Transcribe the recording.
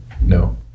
No